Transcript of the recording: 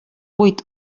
vuit